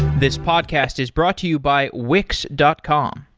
this podcast is brought to you by wix dot com.